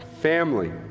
family